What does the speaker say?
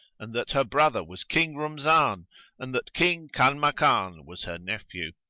and that her brother was king rumzan and that king kanmakan was her nephew.